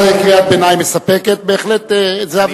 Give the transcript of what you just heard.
זוהי קריאת ביניים מספקת, בהחלט, זה הוויכוח.